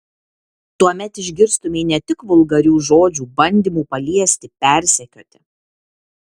tuomet išgirstumei ne tik vulgarių žodžių bandymų paliesti persekioti